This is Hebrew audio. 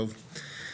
טוב.